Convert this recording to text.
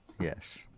Yes